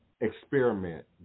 experiment